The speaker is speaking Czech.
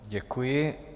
Děkuji.